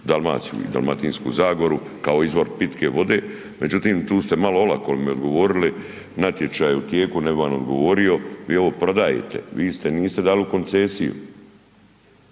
Dalmaciju i dalmatinsku zagoru kao izvor pitke vode, međutim tu ste malo olako mi odgovorili, natječaj je u tijeku, ne bi vam odgovorio, vi ovo prodajete, vi ste, niste dali u koncesiju.